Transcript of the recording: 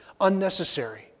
unnecessary